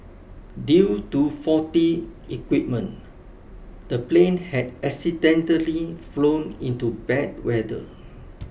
due to faulty equipment the plane had accidentally flown into bad weather